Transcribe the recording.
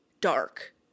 dark